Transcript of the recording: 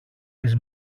τις